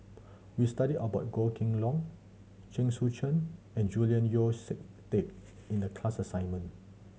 we studied about Goh Kheng Long Chen Sucheng and Julian Yeo See Teck in the class assignment